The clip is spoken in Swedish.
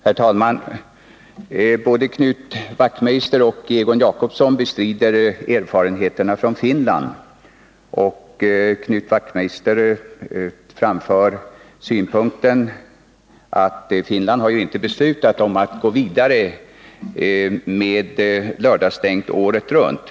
Herr talman! Både Knut Wachtmeister och Egon Jacobsson bestrider uppgifterna om erfarenheterna från Finland. Knut Wachtmeister framför också synpunkten att Finland inte har fattat beslut om att gå vidare med lördagsstängning året runt.